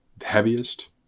heaviest